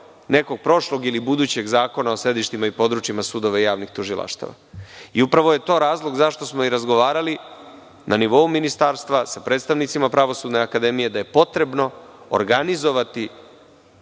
nekog prošlog ili budućeg Zakona o sedištima i područjima sudova i javnih tužilaštava. Upravo je to razlog zašto smo i razgovarali na nivou ministarstva sa predstavnicima Pravosudne akademije, da je potrebno organizovati